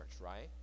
right